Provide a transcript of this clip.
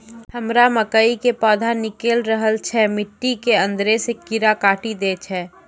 हमरा मकई के पौधा निकैल रहल छै मिट्टी के अंदरे से कीड़ा काटी दै छै?